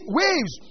waves